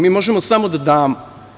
Mi možemo samo da damo.